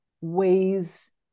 ways